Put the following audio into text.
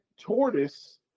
tortoise